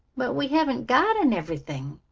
but we haven't got an ev'rything,